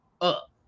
up